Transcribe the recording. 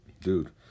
Dude